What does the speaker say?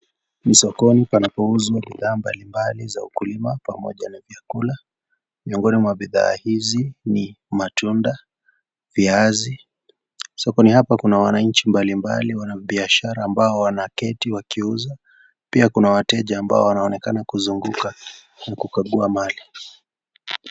Ni sokoni panapouzwa bidhaa mbalimbali za ukulima pamoja na vyakula, miongoni mwa bidhaa hizi ni, matunada, viazi sokoni hapa kuna wananchi mbalimbali wanabiashara ambao wanaketi wakiuza, pia kuna wateja ambao wanaonekana kuzunguka kukagua mali.